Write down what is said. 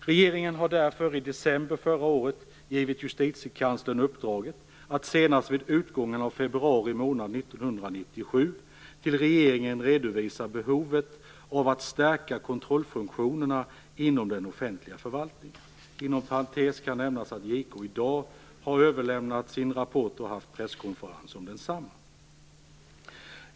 Regeringen har därför i december förra året givit Justitiekanslern uppdraget att senast vid utgången av februari månad 1997 till regeringen redovisa behovet av att stärka kontrollfunktionerna inom den offentliga förvaltningen - inom parentes kan nämnas att JK i dag har överlämnat sin rapport och haft presskonferens om densamma.